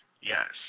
yes